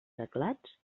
teclats